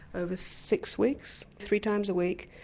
over six weeks, three times a week,